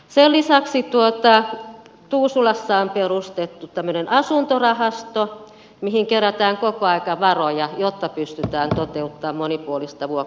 sen lisäksi tuusulassa on perustettu asuntorahasto mihin kerätään koko aika varoja jotta pystytään toteuttamaan monipuolista vuokra asuntotuotantoa